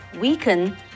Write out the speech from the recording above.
weaken